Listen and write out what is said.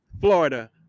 Florida